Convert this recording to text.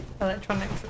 Electronics